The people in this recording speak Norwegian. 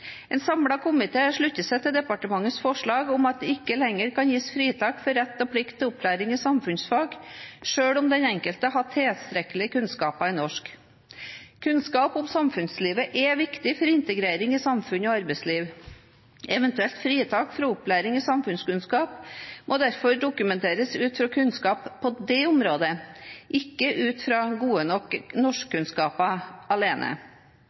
seg til departementets forslag om at det ikke lenger kan gis fritak for rett og plikt til opplæring i samfunnsfag selv om den enkelte har tilstrekkelige kunnskaper i norsk. Kunnskap om samfunnslivet er viktig for integrering i samfunn og arbeidsliv. Eventuelt fritak fra opplæring i samfunnskunnskap må derfor dokumenteres ut fra kunnskap på det området, ikke ut fra gode norskkunnskaper alene.